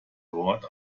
word